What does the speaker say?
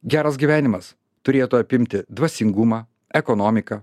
geras gyvenimas turėtų apimti dvasingumą ekonomiką